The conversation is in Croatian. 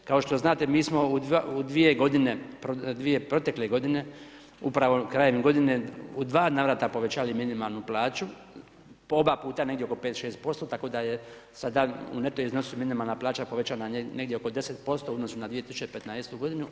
Kao što znate mi smo u dvije godine, 2 protekle godine, upravo krajem godine u dva navrata povećali minimalnu plaću, oba puta negdje oko 5,6% tako da je sada u neto iznosu minimalna plaća povećana negdje oko 10% u odnosu na 2015. godinu.